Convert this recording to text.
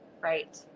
Right